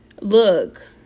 look